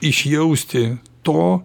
išjausti to